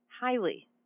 Highly